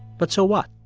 but so what?